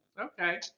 Okay